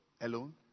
Alone